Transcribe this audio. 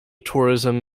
tourism